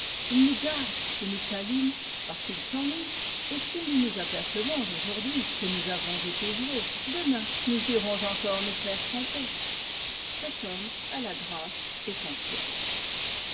il nous garde et nous câline parce qu'il s'ennuie et si nous nous apercevons aujourd'hui que nous avons été joués demain nous irons encore nous faire tromper cet homme a la grâce essentielle